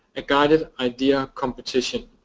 a guided idea competition.